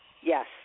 Yes